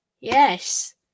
yes